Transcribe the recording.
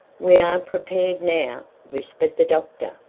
we are prepared now, whispered the doctor,